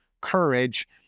courage